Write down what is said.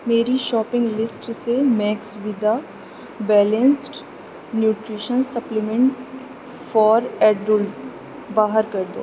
میری shopping list سے Max Vida balanced nutrition supplement for adult باہر کر دو